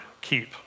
keep